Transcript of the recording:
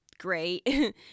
great